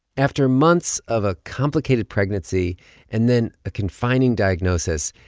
after months of a complicated pregnancy and then a confining diagnosis,